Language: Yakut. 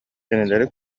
кинилэри